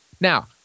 Now